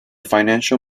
financial